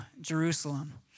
Jerusalem